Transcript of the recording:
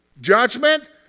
Judgment